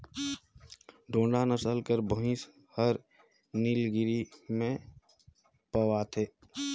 टोडा नसल कर भंइस हर नीलगिरी में पवाथे